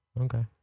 Okay